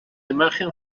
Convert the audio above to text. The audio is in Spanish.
imagen